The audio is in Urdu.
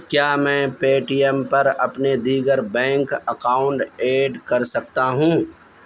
کیا میں پے ٹی ایم پر اپنے دیگر بینک اکاؤنڈ ایڈ کر سکتا ہوں